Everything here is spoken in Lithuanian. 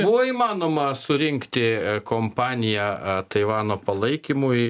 buvo įmanoma surinkti kompaniją taivano palaikymui